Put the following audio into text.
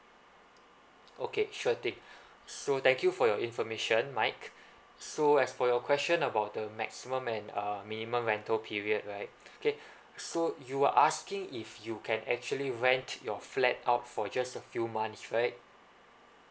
okay sure thing so thank you for your information mike so as for your question about the maximum and uh minimum rental period right okay so you were asking if you can actually rent your flat out for just a few months right